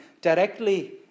directly